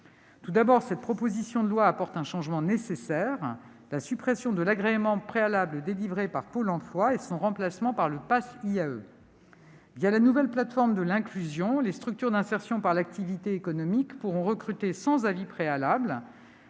Tout d'abord, elle prévoit un changement nécessaire : la suppression de l'agrément préalable délivré par Pôle emploi et son remplacement par le Pass IAE. la nouvelle plateforme de l'inclusion, les structures d'insertion par l'activité économique pourront recruter sans avis préalable.